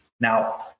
Now